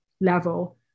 level